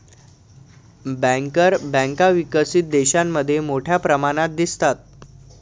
banker बँका विकसित देशांमध्ये मोठ्या प्रमाणात दिसतात